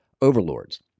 overlords